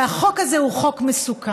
והחוק הזה הוא חוק מסוכן,